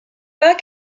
pas